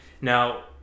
now